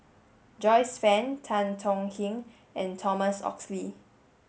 Joyce Fan Tan Tong Hye and Thomas Oxley